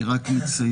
אני רק אציין,